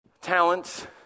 talents